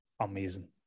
amazing